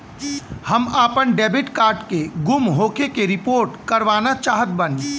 हम आपन debit card के गुम होखे के रिपोर्ट करवाना चाहत बानी